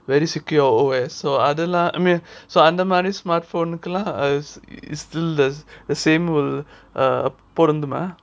very secure O_S so அதுலாம்:adhulam I mean so அந்த மாதிரி:andha madhiri smartphone குலாம்:kulam uh is still the same will uh பொருந்துமா:porunthuma